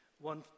One